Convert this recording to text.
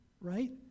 right